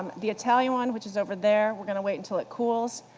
the italian one, which is over there, we're going to wait until it cools,